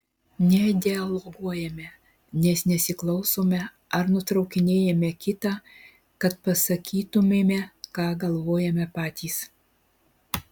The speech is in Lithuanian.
nedialoguojame nes nesiklausome ar nutraukinėjame kitą kad pasakytumėme ką galvojame patys